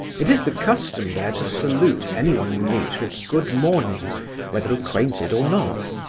it is the custom there to salute anyone you meet with good-morning whether acquainted or not.